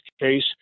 case